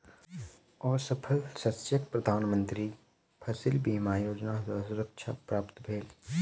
असफल शस्यक प्रधान मंत्री फसिल बीमा योजना सॅ सुरक्षा प्राप्त भेल